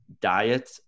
Diet